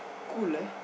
cool lah